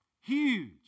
huge